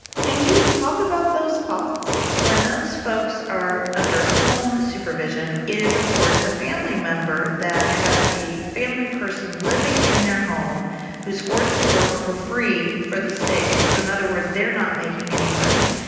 can you talk about those costs when those folks are under home supervision? it is, of course, the family member that has a family person living in their home who's forced to work for free for the state. so in other words, they're not making any money,